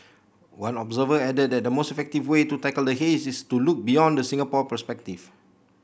one observer added that the most effective way to tackle the haze is to look beyond the Singapore perspective